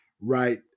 Right